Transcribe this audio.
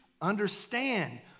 understand